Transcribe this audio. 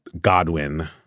Godwin